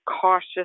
cautious